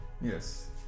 Yes